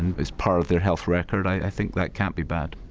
and it's part of their health record, i think that can't be bad.